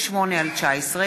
פ/2568/19,